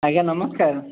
ଆଜ୍ଞା ନମସ୍କାର